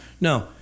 no